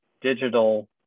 digital